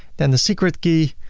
then the secret key,